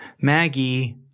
Maggie